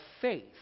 faith